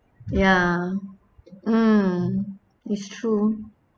ya mm it's true